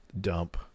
dump